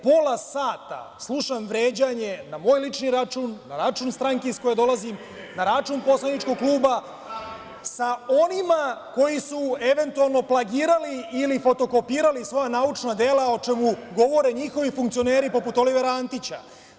Pola sata, slušam vređanje na moj lični račun, na račun stranke iz koje dolazim, na račun poslaničkog kluba, sa onima koji su eventualno, plagirali ili fotokopirali svoja naučna dela, o čemu govore njihovi funkcioneri poput Olivera Antića.